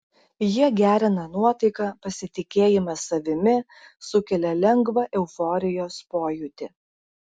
jie gerina nuotaiką pasitikėjimą savimi sukelia lengvą euforijos pojūtį